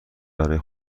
برای